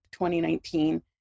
2019